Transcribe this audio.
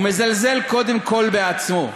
מזלזל קודם כול בעצמו.